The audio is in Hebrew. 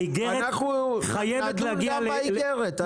האיגרת חייבת להגיע --- אנחנו נדון גם באיגרת אם צריך,